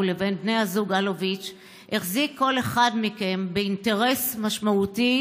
לבין בני הזוג אלוביץ' החזיק כל אחד מכם באינטרס משמעותי,